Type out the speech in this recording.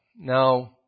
Now